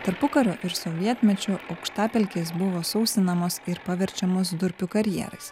tarpukariu ir sovietmečiu aukštapelkės buvo sausinamos ir paverčiamos durpių karjeras